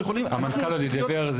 שיכולים שאנחנו נפסיק להיות פריפריה חברתית,